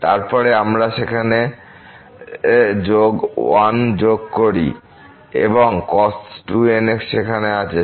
তারপরে আমরা সেখানে যোগ 1 যোগ করি এবং cos2nx সেখানে আছে